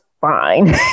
fine